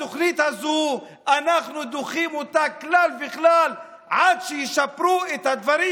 את התוכנית הזו אנחנו דוחים מכול וכול עד שישפרו את הדברים